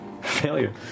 failure